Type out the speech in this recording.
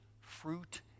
fruit